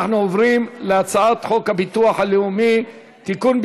אנחנו עוברים להצעת חוק הביטוח הלאומי (תיקון,